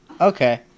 Okay